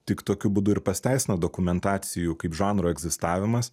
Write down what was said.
tik tokiu būdu ir pasiteisina dokumentacijų kaip žanro egzistavimas